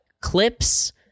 clips